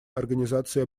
организации